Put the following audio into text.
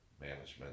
management